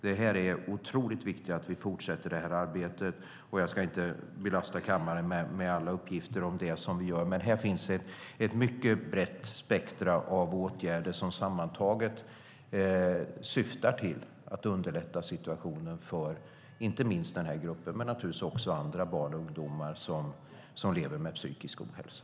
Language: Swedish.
Det är kolossalt viktigt att vi fortsätter det här arbetet. Jag ska inte belasta kammaren med uppgifter om allt som vi gör, men det finns ett brett spektrum av åtgärder som sammantaget syftar till att underlätta situationen för den här gruppen och andra barn och ungdomar som lever med psykisk ohälsa.